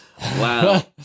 Wow